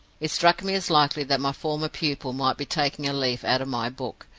it struck me as likely that my former pupil might be taking a leaf out of my book,